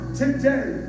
today